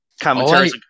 commentary